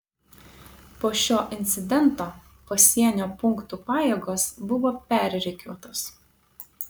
po šio incidento pasienio punktų pajėgos buvo perrikiuotos